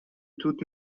دود